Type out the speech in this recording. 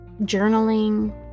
journaling